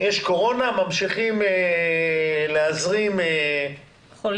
יש קורונה, ממשיכים להזרים חולים.